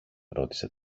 ρώτησε